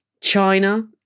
China